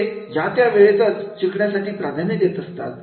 ते ज्या त्या वेळेतच शिकण्यासाठी प्राधान्य देत असतात